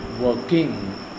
working